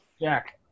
Jack